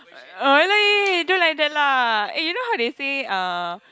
don't like that lah eh you know how they say uh